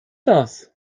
das